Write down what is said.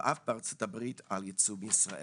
ואף בארצות הברית, על ייצוא בישראל.